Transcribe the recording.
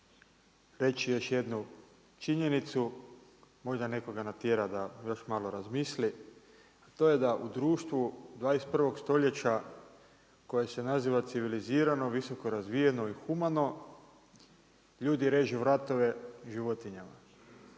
reći još jednu činjenicu, možda još nekoga natjerati da malo razmisli. To je da u društvu 21. stoljeća koji se naziva civilizirano, visoko razvijeno i humano, ljudi režu vratove životinjama,